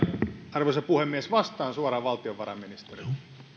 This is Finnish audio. arvoisa puhemies vastaan suoraan valtiovarainministerille